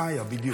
מה היה בדיוק?